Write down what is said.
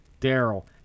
Daryl